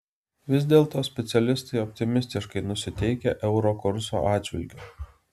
vis dėlto specialistai optimistiškai nusiteikę euro kurso atžvilgiu